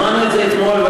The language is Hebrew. שמענו את זה אתמול.